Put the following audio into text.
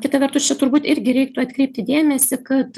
kita vertus čia turbūt irgi reiktų atkreipti dėmesį kad